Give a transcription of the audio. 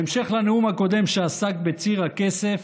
בהמשך לנאום הקודם, שעסק בציר הכסף,